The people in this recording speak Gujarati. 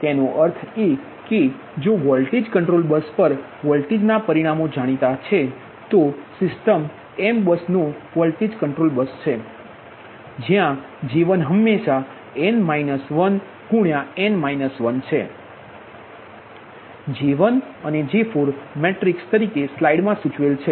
તેનો અર્થ એ કે જો વોલ્ટેજ કંટ્રોલ બસ પર વોલ્ટેજ ના પરિમાણો જાણીતા છે તેથી સિસ્ટમની m બસો વોલ્ટેજ કંટ્રોલ બસ J1 હંમેશાં છે તે J1 અને J4 મેટ્રિક્સ તરીકે સ્લાઇડમાં સૂચવેલ છે